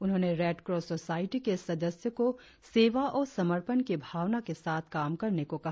उन्होंने Red Cross Society के सदस्यों को सेवा और समर्पण की भावना के साथ काम करने को कहा